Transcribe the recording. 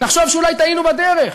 נחשוב שאולי טעינו בדרך,